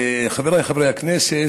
חבריי חברי הכנסת,